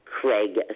Craig